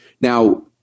now